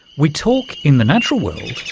we talk in the natural world,